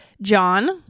John